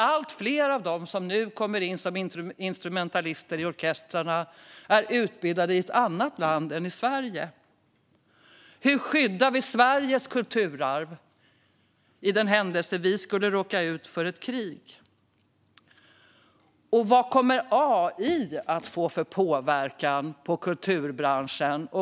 Allt fler av instrumentalisterna i orkestrarna är utbildade i ett annat land än Sverige. Hur skyddar vi Sveriges kulturarv i den händelse vi skulle råka ut för ett krig? Vad kommer AI att få för påverkan på kulturbranschen?